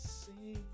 see